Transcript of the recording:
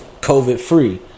COVID-free